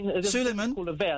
Suleiman